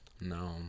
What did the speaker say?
No